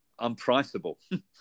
unpriceable